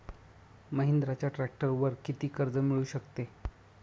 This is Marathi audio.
महिंद्राच्या ट्रॅक्टरवर किती कर्ज मिळू शकते?